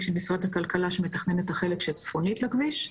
של משרד הכלכלה שמתכנן את החלק שצפונית לכביש.